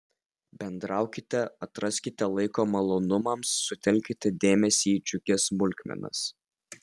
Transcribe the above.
bendraukite atraskite laiko malonumams sutelkite dėmesį į džiugias smulkmenas